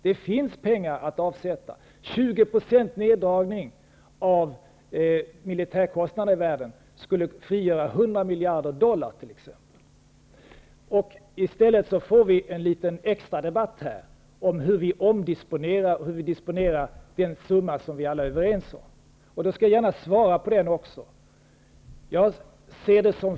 Det finns pengar att avsätta. En neddragning av militärkostnaderna i världen med 20 % skulle t.ex. frigöra 100 miljarder dollar. I stället får vi här en liten extradebatt om hur vi disponerar den summa som vi alla är överens om. Jag skall gärna svara på de frågor som har ställts.